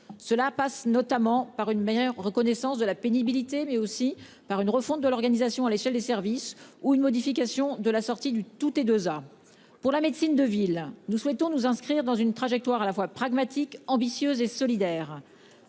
Cela passe par une meilleure reconnaissance de la pénibilité, mais aussi par une refonte de l'organisation à l'échelle des services ou par une modification de la sortie du tout-T2A (tarification à l'activité). S'agissant de la médecine de ville, nous souhaitons nous inscrire dans une trajectoire à la fois pragmatique, ambitieuse et solidaire.